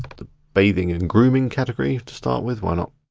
the bathing and grooming category to start with, why not,